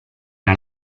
era